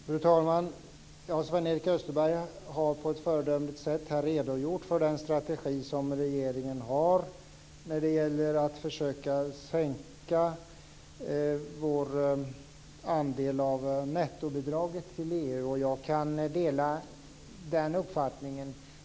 Fru talman! Sven-Erik Österberg har på ett föredömligt sätt redogjort för den strategi som regeringen har när det gäller att försöka sänka vår andel av nettobidraget till EU. Jag kan dela den uppfattningen.